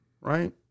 right